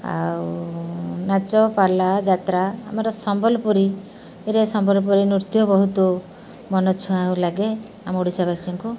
ଆଉ ନାଚ ପାଲା ଯାତ୍ରା ଆମର ସମ୍ବଲପୁରୀରେ ସମ୍ବଲପୁରୀ ନୃତ୍ୟ ବହୁତ ମନ ଛୁଆଁ ଲାଗେ ଆମ ଓଡ଼ିଶାବାସୀଙ୍କୁ